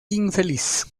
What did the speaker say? infeliz